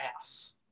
ass